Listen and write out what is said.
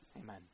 amen